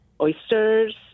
oysters